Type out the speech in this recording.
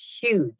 huge